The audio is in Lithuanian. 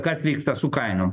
kas vyksta su kainom